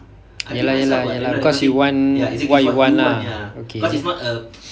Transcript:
ya lah ya lah ya lah cause you want what you want lah okay